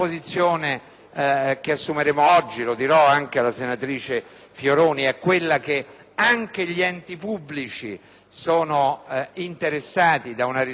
che assumeremo oggi - mi rivolgo anche alla senatrice Fioroni - preveda che anche gli enti pubblici siano interessati da una restituzione